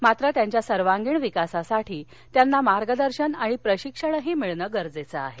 मात्र त्यांच्या सर्वांगीण विकासासाठी त्यांना मार्गदर्शन आणि प्रशिक्षणही मिळणे गरजेचे आहे